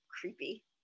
creepy